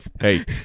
Hey